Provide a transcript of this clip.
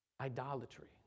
Idolatry